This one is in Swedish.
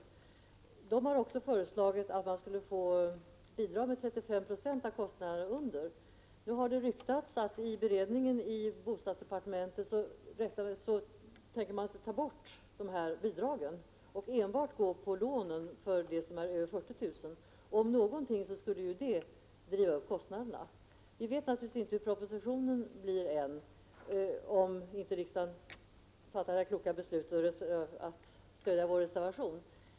Bostadsstyrelsen har också föreslagit att man skulle få bidrag med 35 90 till kostnaderna därunder. Det har ryktats att man vid beredningen i bostadsdepartementet tänker sig att ta bort bidragen och enbart gå på lånen till kostnader över 40 000 kr. Det om något skulle ju driva upp kostnaderna. Vi vet naturligtvis inte ännu vad propositionen kommer att innehålla, om inte riksdagen i dag fattar det kloka beslutet att stödja vår reservation.